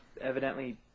evidently